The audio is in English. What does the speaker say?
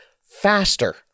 faster